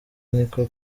niko